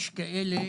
יש כאלה